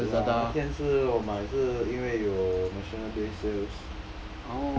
Lazada 我买是因为有 national day sale